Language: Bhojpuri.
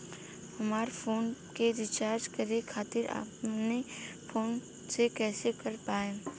हमार फोन के रीचार्ज करे खातिर अपने फोन से कैसे कर पाएम?